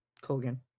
Colgan